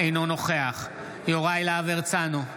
אינו נוכח יוראי להב הרצנו,